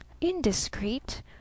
Indiscreet